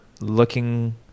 looking